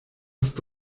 ist